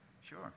sure